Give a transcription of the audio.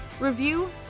review